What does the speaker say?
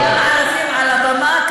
הערבים על הבמה.